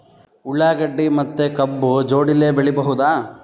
ಉಳ್ಳಾಗಡ್ಡಿ ಮತ್ತೆ ಕಬ್ಬು ಜೋಡಿಲೆ ಬೆಳಿ ಬಹುದಾ?